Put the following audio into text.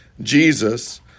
Jesus